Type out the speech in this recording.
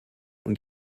und